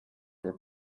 were